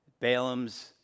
Balaam's